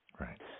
Right